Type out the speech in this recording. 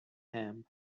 him